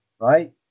right